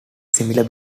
similar